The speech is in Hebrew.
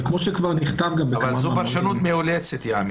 אבל זו פרשנות מאולצת.